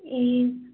ए